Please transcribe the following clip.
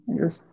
yes